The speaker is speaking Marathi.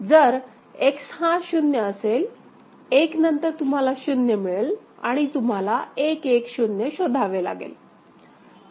जर X हा 0 असेल 1 नंतर तुम्हाला 0 मिळेल आणि तुम्हाला 1 1 0 शोधावे लागेल